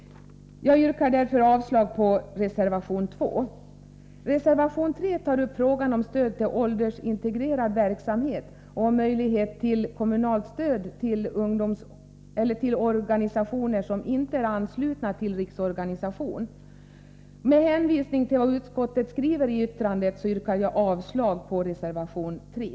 Jag yrkar därför avslag på reservation 2. Reservation 3 tar upp frågan om stöd till åldersintegrerad verksamhet och frågan om möjligheterna till kommunalt stöd till organisationer som inte är anslutna till riksorganisation. Med hänvisning till utskottets skrivning yrkar jag avslag på reservation 3.